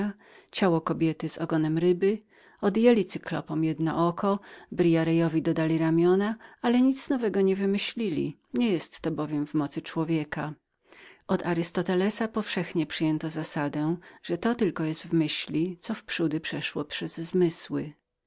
ciało kobiety z ogonem ryby odjęli cyklopom jedno oko briarejowi dodali ramiona ale nic nowego nie stworzyli twórczość bowiem nie jest w mocy człowieka od arystotelesa powszechnie przyjęto zasadę że to tylko jest w myśli co wprzódy przechodzi przez zmysły